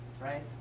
right